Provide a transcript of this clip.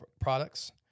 products